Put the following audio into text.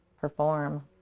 perform